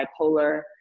bipolar